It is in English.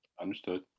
Understood